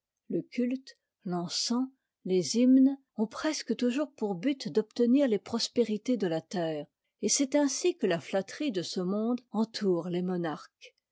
le culte l'encens les hymnes ont presque toujours pour but d'obtenir les prospérités de la terre et c'est ainsi que la flatterie de ce monde entoure les monarques